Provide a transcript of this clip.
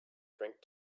drink